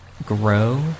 grow